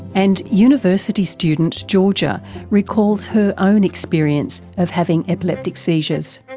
and university student georgia recalls her own experience of having epileptic seizures.